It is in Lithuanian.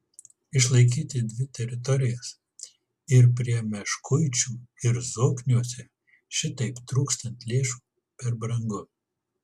išlaikyti dvi teritorijas ir prie meškuičių ir zokniuose šitaip trūkstant lėšų per brangu